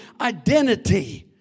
identity